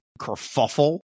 kerfuffle